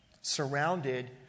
surrounded